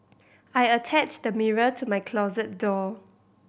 I attached the mirror to my closet door